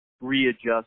readjust